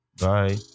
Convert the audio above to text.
bye